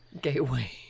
gateway